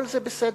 כל זה בסדר.